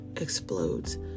explodes